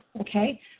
Okay